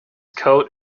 coat